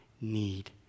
need